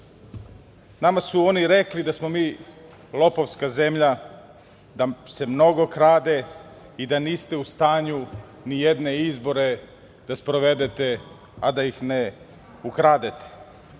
nama su oni rekli da smo mi lopovska zemlja, da se mnogo krade i da niste u stanju ni jedne izbore da sprovedete a da ih ne ukradete.